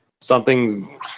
something's